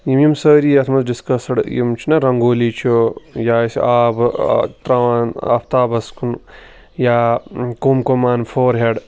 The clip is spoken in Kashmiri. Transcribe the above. یِم یِم سٲری یَتھ منٛز ڈِسکسٕڈ یِم چھِنہ رَنٛگولی چھُ یا أسۍ آبہٕ ترٛاوان آفتابَس کُن یا کُم کُمَن فورہیڈ